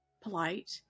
polite